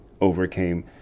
overcame